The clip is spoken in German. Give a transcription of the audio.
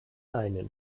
einen